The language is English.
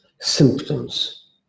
symptoms